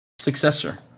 successor